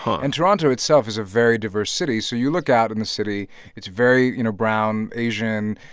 and toronto itself is a very diverse city, so you look out in the city it's very, you know, brown, asian,